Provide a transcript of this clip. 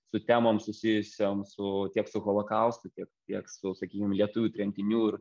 su temom susijusiom su tiek su holokaustu tiek tiek su sakykim lietuvių tremtinių ir